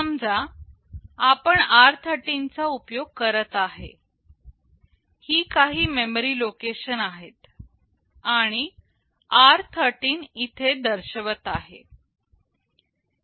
समजा आपण r13 चा उपयोग करत आहे ही काही मेमरी लोकेशन आहेत आणि r13 इथे दर्शवित आहे